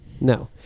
No